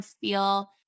feel